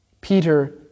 Peter